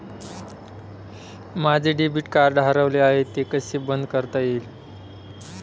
माझे debit card हरवले आहे ते कसे बंद करता येईल?